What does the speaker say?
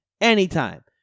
Anytime